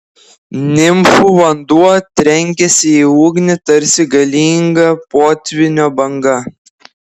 nimfų vanduo trenkėsi į ugnį tarsi galinga potvynio banga